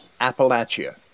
Appalachia